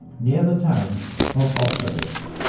near the town of austerlitz.